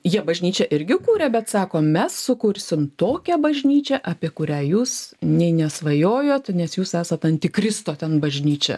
jie bažnyčią irgi kūrė bet sako mes sukursim tokią bažnyčią apie kurią jūs nei nesvajojot nes jūs esat antikristo ten bažnyčia